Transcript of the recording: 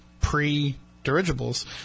pre-dirigibles